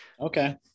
okay